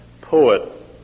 poet